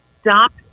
stop